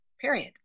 period